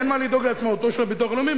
אין מה לדאוג לעצמאותו של הביטוח הלאומי,